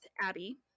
Abby